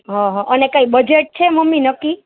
હહ અને કાંઈ બજેટ છે મમ્મી નક્કી